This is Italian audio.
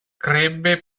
crebbe